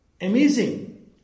Amazing